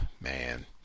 man